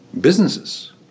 businesses